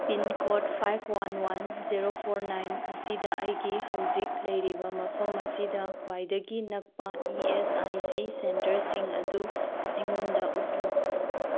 pin code five one one zero four nine ꯑꯁꯤꯗ ꯑꯩꯒꯤ ꯍꯧꯖꯤꯛ ꯂꯩꯔꯤꯕ ꯃꯐꯝ ꯑꯁꯤꯗ ꯈ꯭ꯋꯥꯏꯗꯒꯤ ꯅꯛꯄ ꯏꯤ ꯑꯦꯁ ꯑꯥꯏ ꯁꯤ ꯁꯦꯟꯇꯔꯁꯤꯡ ꯑꯗꯨ ꯑꯩꯉꯣꯟꯗ ꯎꯠꯂꯨ